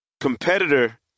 competitor